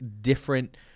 different